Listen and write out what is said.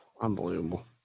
Unbelievable